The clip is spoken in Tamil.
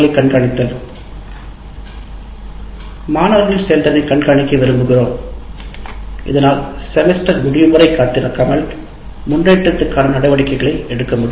கண்காணித்தல் மாணவர்களின் செயல்திறனைக் கண்காணிக்க விரும்புகிறோம் இதனால் செமஸ்டர் முடியும் வரை காத்திருக்காமல் முன்னேற்றத்திற்கான நடவடிக்கைகளை எடுக்க முடியும்